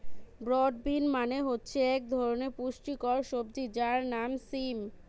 broad bean মানে হচ্ছে এক ধরনের পুষ্টিকর সবজি যার নাম সিম